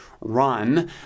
run